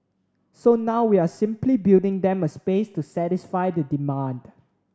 so now we're simply building them a space to satisfy the demand